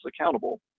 accountable